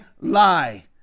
lie